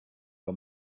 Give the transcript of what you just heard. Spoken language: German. bei